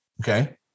Okay